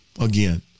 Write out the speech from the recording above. again